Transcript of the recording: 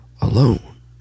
alone